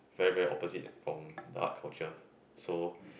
very very opposite from the art culture so